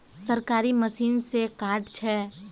सरकारी मशीन से कार्ड छै?